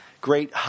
Great